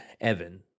Evan